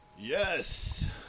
Yes